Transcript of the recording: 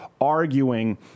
arguing